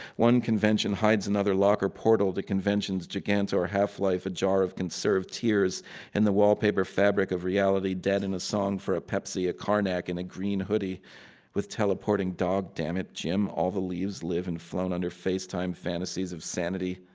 one convention hides another locker portal to convention's gigantor half-life, a jar of conserved tears and the wallpaper fabric of reality dead in a song for a pepsi, a karnak in a green hoodie with teleporting dog. dammit, jim. all the leaves live in flown-under facetime fantasies of sanity.